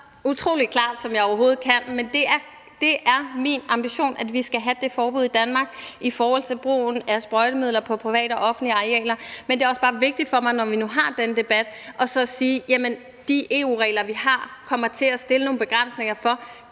det så utrolig klart, som jeg overhovedet kan, men det er min ambition, at vi skal have det forbud i Danmark i forhold til brugen af sprøjtemidler på private og offentlige arealer. Men det er også bare vigtigt for mig, når vi nu har den debat, at sige: Jamen de EU-regler, vi har, kommer til at sætte nogle begrænsninger for